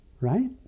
right